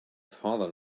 father